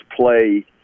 play